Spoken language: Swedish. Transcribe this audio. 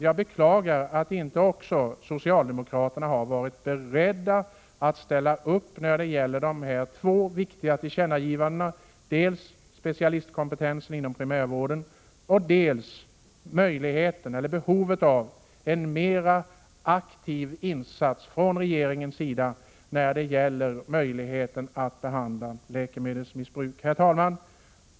Jag beklagar att socialdemokraterna inte har varit beredda att ställa upp när det gäller dessa två viktiga tillkännagivanden — dels specialistkompetensen inom primärvården, dels behovet av en mer aktiv insats av regeringen när det gäller möjligheten att behandla läkemedelsmissbrukare. Herr talman!